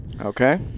Okay